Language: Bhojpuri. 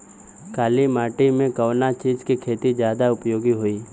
काली माटी में कवन चीज़ के खेती ज्यादा उपयोगी होयी?